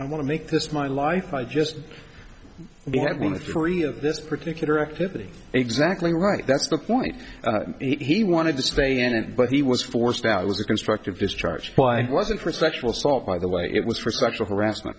i want to make this my life i just for this particular activity exactly right that's the point he wanted to stay in it but he was forced out it was a constructive discharge why it wasn't for sexual assault by the way it was for sexual harassment